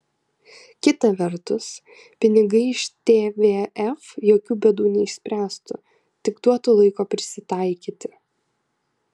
kita vertus pinigai iš tvf jokių bėdų neišspręstų tik duotų laiko prisitaikyti